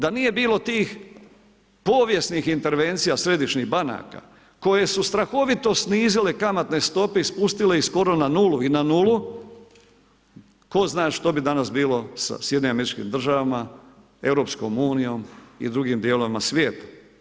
Da nije bilo tih povijesnih intervencija središnjih banaka koje su strahovito snizile kamatne stope i spustile ih skoro na nulu i na nulu, tko zna što bi danas bilo sa SAD-om, EU i drugim dijelovima svijeta.